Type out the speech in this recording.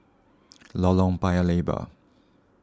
Lorong Paya Lebar